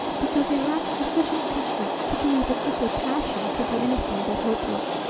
because he lacked sufficient conceit to believe that such a passion could be anything but hopeless.